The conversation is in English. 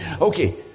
okay